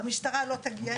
המשטרה לא תגיע.